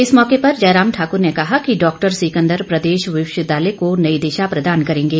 इस मौके पर जयराम ठाकुर ने कहा कि डॉक्टर सिकंदर प्रदेश विश्वविद्यालय को नई दिशा प्रदान करेंगे